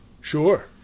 Sure